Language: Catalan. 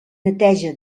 neteja